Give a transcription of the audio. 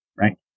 right